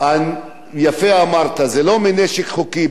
יפה אמרת, זה לא מנשק חוקי.